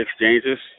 exchanges